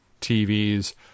TVs